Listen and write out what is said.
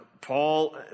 Paul